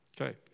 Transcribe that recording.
Okay